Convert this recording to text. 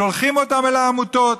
שולחות אותם אל העמותות.